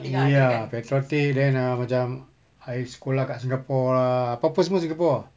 ya patriotic then uh macam I sekolah kat singapore lah apa apa semua singapore ah